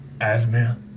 Asthma